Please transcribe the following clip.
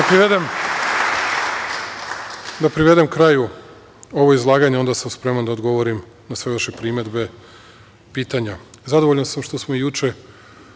privedem kraju ovo izlaganje, a onda sam spreman da odgovorim na sve vaše primedbe, pitanja. Zadovoljan sam što smo juče